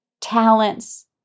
talents